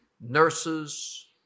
nurses